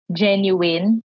genuine